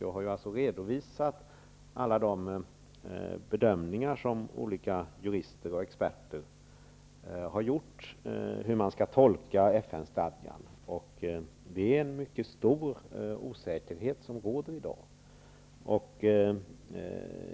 Jag har alltså redovisat alla de bedömningar som olika jurister och experter har gjort av hur man skall tolka FN-stadgan, och det råder i dag en mycket stor osäkerhet.